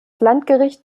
landgericht